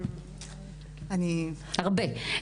הרבה.